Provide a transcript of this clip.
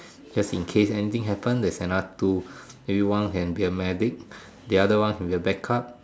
just in case anything happen there's another two maybe one can be a medic the other one can be a back up